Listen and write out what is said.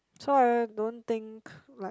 so I don't think like